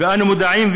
ואנו מודעים,